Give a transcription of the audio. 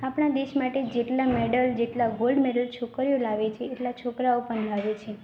આપણા દેશ માટે જેટલા મેડલ જેટલા ગોલ્ડ મેડલ છોકરીઓ લાવે છે એટલા છોકરાઓ પણ લાવે છે